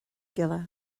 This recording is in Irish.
gile